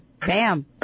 Bam